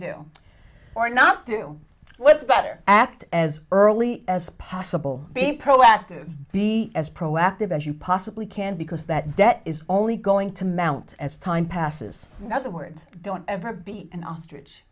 do or not do what's better act as early as possible be proactive be as proactive as you possibly can because that debt is only going to mount as time passes in other words don't ever be an ostrich